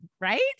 right